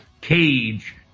cage